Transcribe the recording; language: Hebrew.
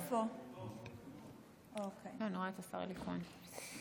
אני רואה את השר אלי כהן.